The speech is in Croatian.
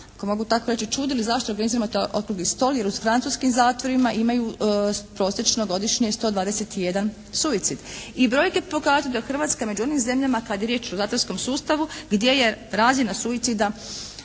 ako mogu tako reći, čudili zašto organiziramo okrugli stol jer u francuskim zatvorima imaju prosječno godišnje 121 suicid. I brojke pokazuju da je Hrvatska među onim zemljama kada je riječ o zatvorskom sustavu, gdje je razina suicida